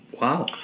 Wow